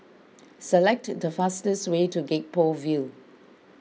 select the fastest way to Gek Poh Ville